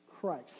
Christ